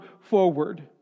forward